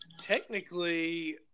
Technically